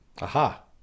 Aha